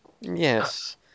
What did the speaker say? Yes